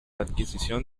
adquisición